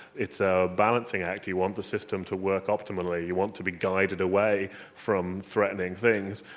it's a balancing act you want the system to work optimally, you want to be guided away from threatening things.